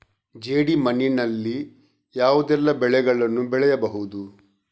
ಜೇಡಿ ಮಣ್ಣಿನಲ್ಲಿ ಯಾವುದೆಲ್ಲ ಬೆಳೆಗಳನ್ನು ಬೆಳೆಯಬಹುದು?